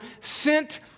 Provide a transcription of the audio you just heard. sent